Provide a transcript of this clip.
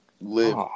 live